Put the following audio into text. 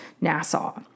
Nassau